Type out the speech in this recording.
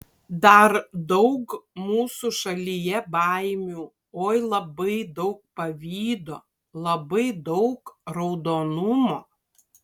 dar daug mūsų šalyje baimių oi labai daug pavydo labai daug raudonumo